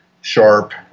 sharp